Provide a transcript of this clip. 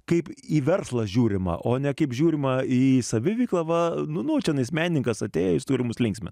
kaip į verslą žiūrima o ne kaip žiūrima į saviveiklą va nu tenais menininkas atėjo jis turi mus linksmint